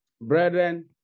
brethren